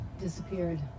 disappeared